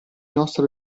nostra